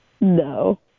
No